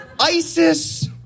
ISIS